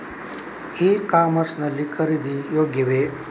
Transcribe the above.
E commerce ಲ್ಲಿ ಖರೀದಿ ಯೋಗ್ಯವೇ?